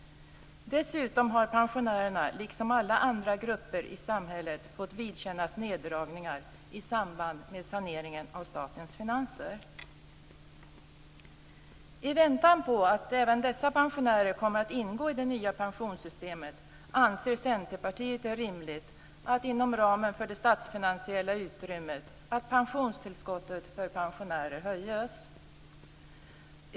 Dessutom har pensionärerna, liksom alla andra grupper i samhället, fått vidkännas neddragningar i samband med saneringen av statens finanser. I väntan på att även dessa pensionärer ingår i det nya pensionssystemet anser vi i Centerpartiet att det är rimligt att inom ramen för det statsfinansiella utrymmet höja pensionstillskottet för pensionärer.